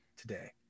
today